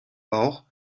bauch